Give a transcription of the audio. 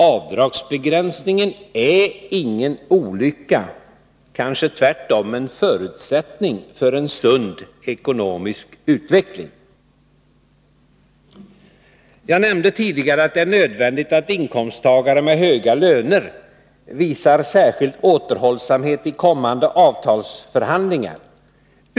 Avdragsbegränsningen är ingen olycka, kanske tvärtom en förutsättning för en sund ekonomisk utveckling. Jag nämnde tidigare att det är nödvändigt att inkomsttagare med höga löner visar särskild återhållsamhet i kommande avtalsförhandlingar.